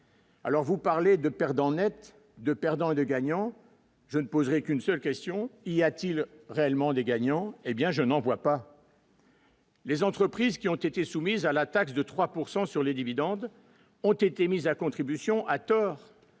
Alors, vous parlez de perdants nets de perdants et de gagnants, je ne poserais qu'une seule question : il y a-t-il réellement des gagnants, hé bien je n'en vois pas. Les entreprises qui ont été soumises à la taxe de 3 pourcent sur sur les dividendes ont été mis à contribution, à tort,